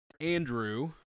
Andrew